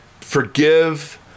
forgive